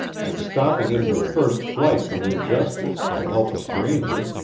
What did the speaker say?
and stopping in her first flight from injustice to help a stranger,